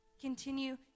Continue